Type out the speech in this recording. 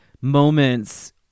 moments